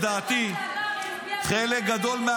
לדעתי חלק גדול -- אבל השר שבוע שעבר